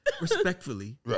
respectfully